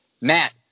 Matt